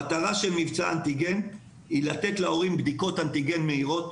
המטרה של מבצע אנטיגן היא לתת להורים בדיקות אנטיגן מהירות,